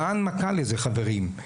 מה ההנמקה לזה, חברים?